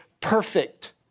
perfect